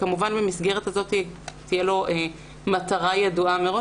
שכמובן במסגרת הזאת תהיה לו מטרה ידועה מראש